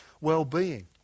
well-being